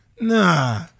Nah